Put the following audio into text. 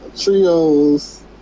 Trio's